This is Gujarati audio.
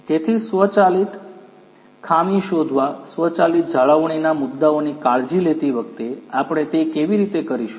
તેથી સ્વચાલિત ખામી શોધવા સ્વચાલિત જાળવણીના મુદ્દાઓની કાળજી લેતી વખતે આપણે તે કેવી રીતે કરીશું